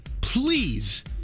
please